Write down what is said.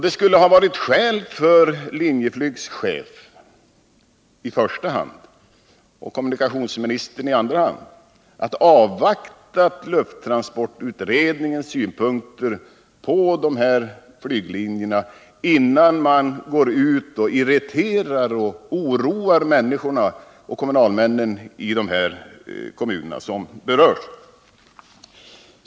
Det skulle ha varit skäl för Linjeflygs chefi första hand och för kommunikationsministern i andra hand att avvakta lufttransportutredningens synpunkter på dessa flyglinjer innan man går ut och irriterar och oroar invånarna och kommunalmännen i de kommuner som berörs.